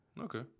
Okay